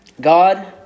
God